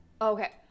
Okay